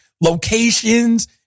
locations